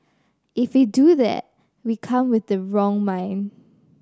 if we do that we come with the wrong in mind